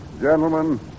Gentlemen